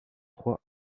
trois